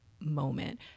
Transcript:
moment